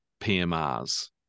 PMRs